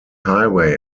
highway